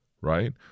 right